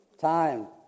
Time